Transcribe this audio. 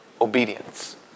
obedience